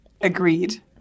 Agreed